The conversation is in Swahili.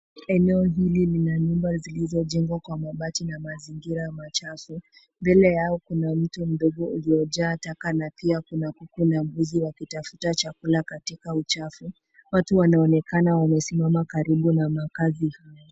Eneo hili lina nyumba zilizo jengwa kwa mabati na mazingira machafu mbele yao kuna mto mdogo ulio jaa taka na pia kuna kuku na mbuzi wakitafuta chakula katika uchafu watu wanaonekana wamesimama karibu na makazi haya.